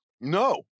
No